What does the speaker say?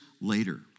later